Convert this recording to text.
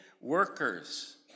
workers